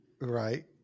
right